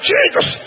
Jesus